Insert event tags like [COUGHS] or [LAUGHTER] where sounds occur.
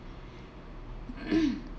[COUGHS]